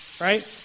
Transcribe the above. Right